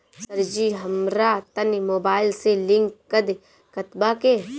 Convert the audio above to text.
सरजी हमरा तनी मोबाइल से लिंक कदी खतबा के